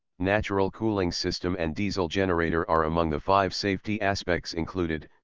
natural cooling system and diesel generator are among the five safety aspects included,